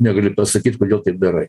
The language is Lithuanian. negali pasakyt kodėl taip darai